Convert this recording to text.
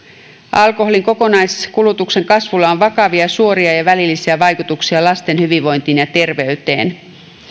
alkoholin kokonaiskulutuksen kasvulla on vakavia suoria ja välillisiä vaikutuksia lasten hyvinvointiin ja terveyteen